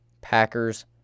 Packers